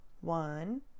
One